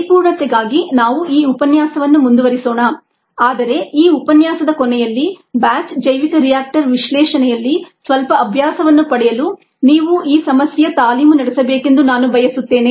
ಪರಿಪೂರ್ಣತೆಗಾಗಿ ನಾವು ಈ ಉಪನ್ಯಾಸವನ್ನು ಮುಂದುವರಿಸೋಣ ಆದರೆ ಈ ಉಪನ್ಯಾಸದ ಕೊನೆಯಲ್ಲಿ ಬ್ಯಾಚ್ ಜೈವಿಕ ರಿಯಾಕ್ಟರ್ ವಿಶ್ಲೇಷಣೆಯಲ್ಲಿ ಸ್ವಲ್ಪ ಅಭ್ಯಾಸವನ್ನು ಪಡೆಯಲು ನೀವು ಈ ಸಮಸ್ಯೆಯ ತಾಲೀಮು ನಡೆಸಬೇಕೆಂದು ನಾನು ಬಯಸುತ್ತೇನೆ